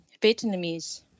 Vietnamese